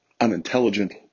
unintelligent